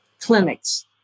clinics